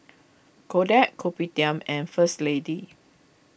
Kodak Kopitiam and First Lady